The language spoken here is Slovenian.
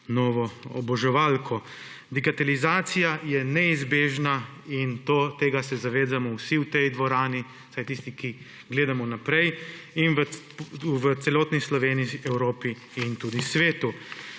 novo oboževalko. Digitalizacija je neizbežna in tega se zavedamo vsi v tej dvorani, vsaj tisti, ki gledamo naprej in v celotni Sloveniji, Evropi in tudi svetu.